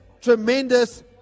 tremendous